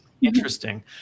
Interesting